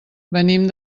venim